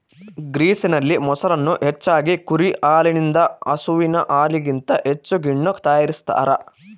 ಗ್ರೀಸ್ನಲ್ಲಿ, ಮೊಸರನ್ನು ಹೆಚ್ಚಾಗಿ ಕುರಿ ಹಾಲಿನಿಂದ ಹಸುವಿನ ಹಾಲಿಗಿಂತ ಹೆಚ್ಚು ಗಿಣ್ಣು ತಯಾರಿಸ್ತಾರ